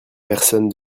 personne